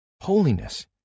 Holiness